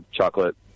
chocolate